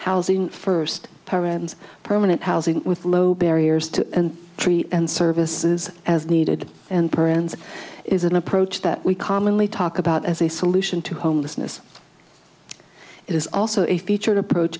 housing first programs permanent housing with low barriers to treat and services as needed and perkins is an approach that we commonly talk about as a solution to homelessness is also a featured approach